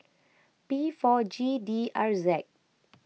P four G D R Z